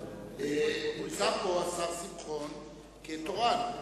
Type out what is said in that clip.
נמצא פה השר שמחון כתורן.